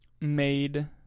made